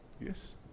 Yes